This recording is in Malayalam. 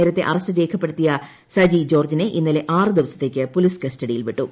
നേരത്തെ അറസ്റ്റ് രേഖപ്പെടുത്തിയ സജി ജോർജ്ജിനെ ഇന്നലെ ആറ് ദിവസത്തേക്ക് പൊലീസ് കസ്റ്റഡിയിൽ വിട്ടു